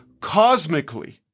cosmically